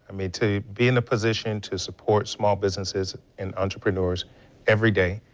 i mean to be in a position to support small businesses and entrepreneurs every day,